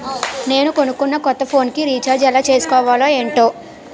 నేను కొనుకున్న కొత్త ఫోన్ కి రిచార్జ్ ఎలా చేసుకోవాలో ఏంటో